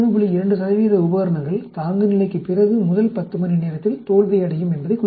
2 உபகரணங்கள் தாங்குநிலைக்குப் பிறகு முதல் 10 மணி நேரத்தில் தோல்வியடையும் என்பதைக் குறிக்கிறது